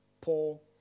Paul